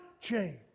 change